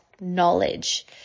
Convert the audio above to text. knowledge